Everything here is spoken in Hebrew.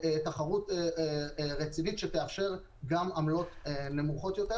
תחרות רצינית שתאפשר גם עמלות נמוכות יותר.